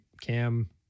Cam